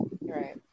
Right